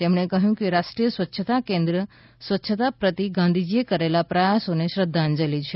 તેમણે કહ્યું કે રાષ્ટ્રીય સ્વચ્છતા કેન્દ્ર સ્વચ્છતા પ્રતિ ગાંધીજીએ કરેલા પ્રયાસોને શ્રદ્ધાંજલી છે